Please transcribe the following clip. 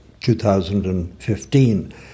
2015